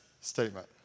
statement